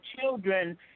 children